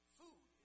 food